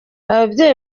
ababyeyi